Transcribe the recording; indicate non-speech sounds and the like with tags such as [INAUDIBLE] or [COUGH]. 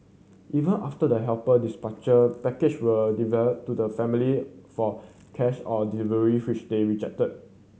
even after the helper [UNINTELLIGIBLE] package were develop to the family for cash on delivery which they rejected